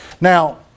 now